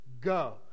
Go